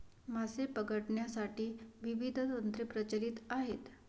मासे पकडण्यासाठी विविध तंत्रे प्रचलित आहेत